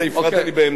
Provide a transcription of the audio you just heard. אתה הפרעת לי באמצע.